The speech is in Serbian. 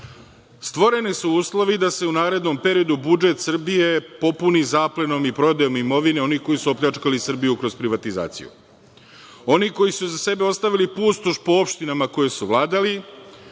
su uslovi da se u narednom periodu budžet Srbije popuni zaplenom i prodajom imovine onih koji su opljačkali Srbiju kroz privatizaciju. Oni koji su iza sebe ostavili pustoš po opštinama kojima su vladali,